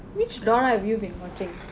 which dora have you been watching